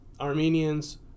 Armenians